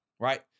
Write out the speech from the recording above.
right